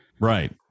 Right